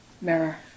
Mirror